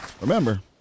Remember